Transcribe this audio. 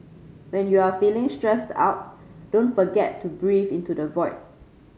when you are feeling stressed out don't forget to breathe into the void